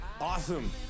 awesome